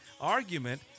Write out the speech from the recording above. argument